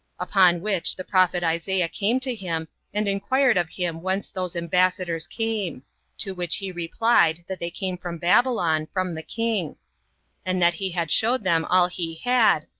upon which the prophet isaiah came to him, and inquired of him whence those ambassadors came to which he replied, that they came from babylon, from the king and that he had showed them all he had,